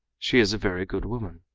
she is a very good woman.